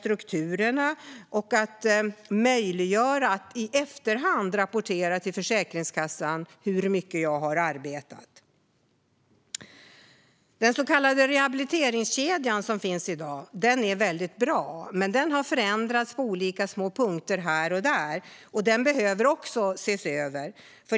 Det måste också bli möjligt att i efterhand rapportera till Försäkringskassan hur mycket man har arbetat. Den så kallade rehabiliteringskedjan som finns i dag är väldigt bra, men den har förändrats på olika små punkter här och där. Den behöver också en översyn.